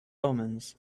omens